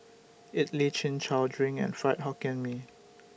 Idly Chin Chow Drink and Fried Hokkien Mee